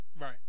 Right